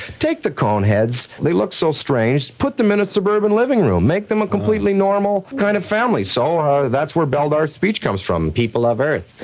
take the coneheads, they look so strange, put them in a suburban living room, make them a completely normal kind of family. so that's where beldar's speech comes from. people of earth,